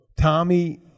Tommy